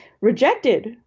rejected